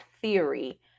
theory